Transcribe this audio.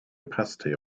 opacity